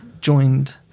joined